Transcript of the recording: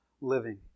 living